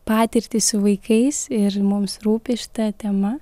patirtį su vaikais ir mums rūpi šita tema